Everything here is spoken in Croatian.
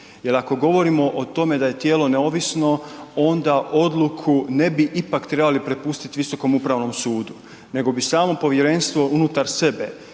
Jer ako govorimo o tom da je tijelo neovisno onda odluku ne bi ipak trebali prepustiti Visokom upravom sudu nego bi samo povjerenstvo unutar sebe